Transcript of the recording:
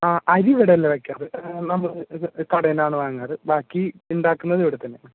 അരി ഇവിടെ അല്ല വെക്കാറ് കടയിൽ നിന്ന് ആണ് വാങ്ങാറ് ബാക്കി ഉണ്ടാക്കുന്നത് ഇവിടെ തന്നെ